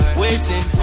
waiting